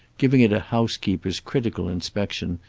giving it a housekeeper's critical inspection,